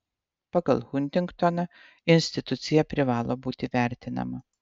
pagal huntingtoną institucija privalo būti vertinama